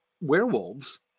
werewolves